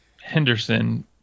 henderson